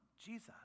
Jesus